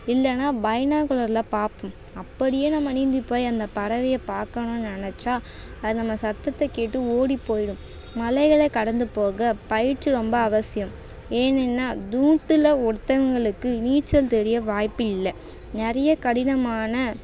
இல்லைன்னா பைனாகுலரில் பார்ப்போம் அப்படியே நம்ம நீந்திப் போய் அந்தப் பறவைய பார்க்கணுன்னு நினச்சா அது நம்ம சத்தத்தைக் கேட்டு ஓடிப் போய்விடும் மலைகளை கடந்துப் போகப் பயிற்சி ரொம்ப அவசியம் ஏன்னுன்னா நூற்றுல ஒருத்தவங்களுக்கு நீச்சல் தெரிய வாய்ப்பு இல்லை நிறைய கடினமான